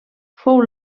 fou